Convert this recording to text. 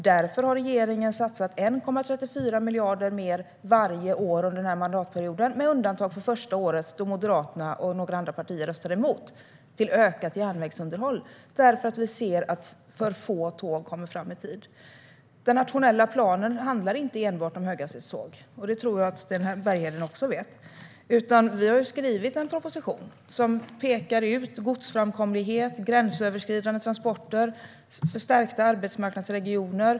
Därför har regeringen satsat 1,34 miljarder mer varje år under den här mandatperioden, med undantag för första året då Moderaterna och några andra partier röstade emot, till ökat järnvägsunderhåll därför att vi ser att för få tåg kommer fram i tid. Den nationella planen handlar inte enbart om höghastighetståg. Det tror jag att Sten Bergheden också vet. Vi har skrivit en proposition som pekar ut godsframkomlighet, gränsöverskridande transporter och förstärkta arbetsmarknadsregioner.